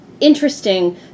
Interesting